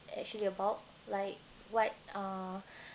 actually about like what uh